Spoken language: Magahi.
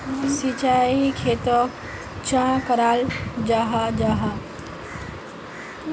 सिंचाई खेतोक चाँ कराल जाहा जाहा?